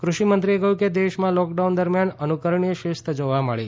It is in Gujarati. કૃષિ મંત્રીએ કહ્યું કે દેશમાં લોકડાઉન દરમિયાન અનુકરણીય શિસ્ત જોવા મળી